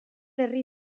herri